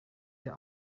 der